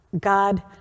God